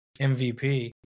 MVP